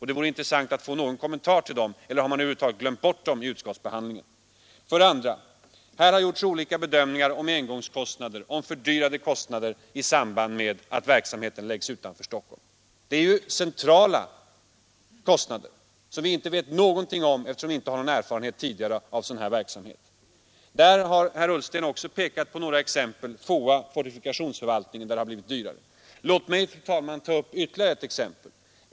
Det vore intressant att få någon kommentar till dem. Eller har man över huvud taget glömt bort detta vid utskottsbehandlingen? För det andra har det gjorts olika bedömningar om engångskostnaderna, liksom om fördyrade kostnader i samband med att verksamheten läggs utanför Stockholm. Det är centrala kostnader som vi inte vet någonting om, eftersom vi inte har någon tidigare erfarenhet av sådan verksamhet. Där har herr Ullsten också pekat på några exempel: FOA och fortifikationsförvaltningen. Låt mig, fru talman, ta upp ytterligare ett exempel.